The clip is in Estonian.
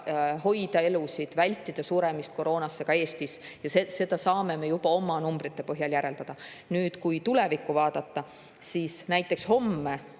hoida elusid, vältida suremist koroonasse ka Eestis. Seda saame juba oma numbrite põhjal järeldada. Kui tulevikku vaadata, siis näiteks homme